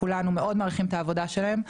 כולנו מאוד מעריכים את העבודה שלהם,